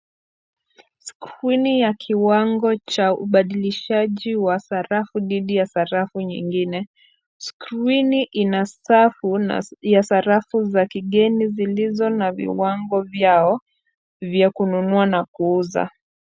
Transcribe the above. Skrini ya kiwango cha ubadilishaji wa sarafu dhidi ya sarafu nyingine. Skrini ina stafu ya sarafu za kigeni zilizo na viwango vyao vya kununua na kuuza.